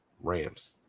Rams